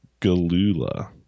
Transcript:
galula